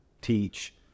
teach